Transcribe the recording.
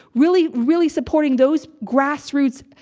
really, really supporting those grassroots,